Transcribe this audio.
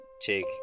take